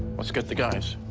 let's get the guys.